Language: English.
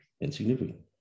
insignificant